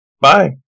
Bye